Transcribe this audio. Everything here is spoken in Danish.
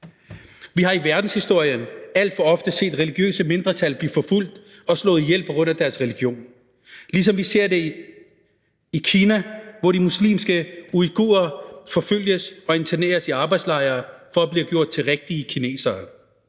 Vi har i verdenshistorien alt for ofte set religiøse mindretal blive forfulgt og slået ihjel på grund af deres religion, ligesom vi ser det i Kina, hvor de muslimske uighurer forfølges og interneres i arbejdslejre for at blive gjort til rigtige kinesere